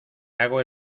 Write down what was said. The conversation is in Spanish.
hago